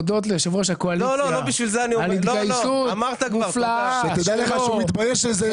את הבעיה של